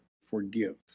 forgive